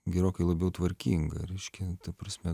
gerokai labiau tvarkinga reiškia ta prasme